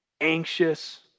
anxious